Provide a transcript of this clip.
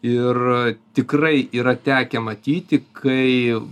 ir tikrai yra tekę matyti kai